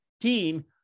team